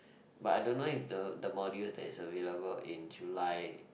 but I don't know if the the modules that is available in July